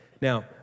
Now